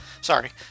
Sorry